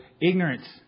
ignorance